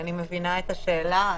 אני מבינה את השאלה.